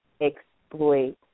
exploit